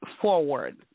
Forward